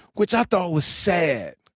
which i thought was sad.